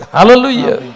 Hallelujah